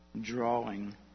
Drawing